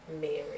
marriage